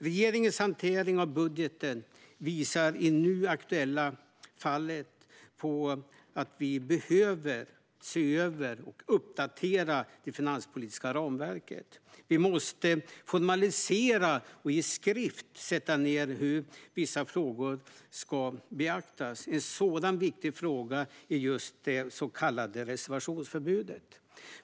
Regeringens hantering av budgeten visar i det nu aktuella fallet på att vi behöver se över och uppdatera det finanspolitiska ramverket. Vi måste formalisera och i skrift ange hur vissa frågor ska beaktas. En sådan viktig fråga är det så kallade reservationsförbudet.